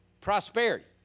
prosperity